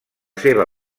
seva